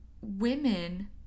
women